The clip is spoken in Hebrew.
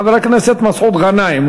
חבר הכנסת מסעוד גנאים,